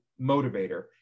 motivator